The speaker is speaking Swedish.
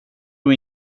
och